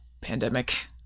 pandemic